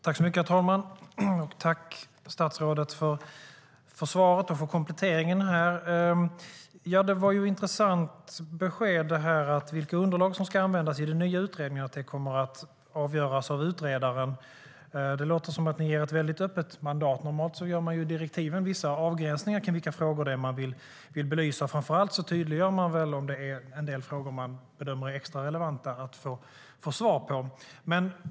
Herr talman! Jag tackar statsrådet för svaret och för kompletteringen. Det var ett intressant besked att det kommer att avgöras av utredaren vilka underlag som ska användas i den nya utredningen. Det låter som att ni ger ett väldigt öppet mandat. Normalt gör man i direktiven vissa avgränsningar kring vilka frågor det är man vill belysa. Framför allt tydliggör man om det är en del frågor som man bedömer är extra relevanta att få svar på.